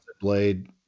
blade